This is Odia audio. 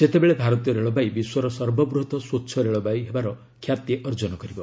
ସେତେବେଳେ ଭାରତୀୟ ରେଳବାଇ ବିଶ୍ୱର ସର୍ବବୃହତ ସ୍ୱଚ୍ଛ ରେଳବାଇ ହେବାର ଖ୍ୟାତି ଅର୍ଜନ କରିବ